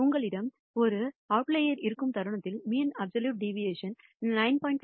உங்களிடம் ஒரு அவுட்லயர்ஸ் இருக்கும் தருணத்தில் மீன் அப்சல்யூட் டிவியேஷன் 9